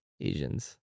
Asians